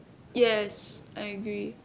yes I agree